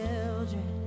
Children